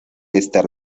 estas